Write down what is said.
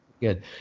good